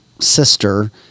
sister